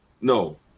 no